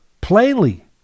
plainly